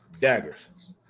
daggers